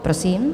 Prosím.